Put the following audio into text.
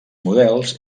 models